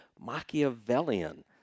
Machiavellian